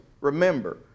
Remember